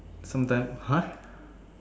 sometime !huh!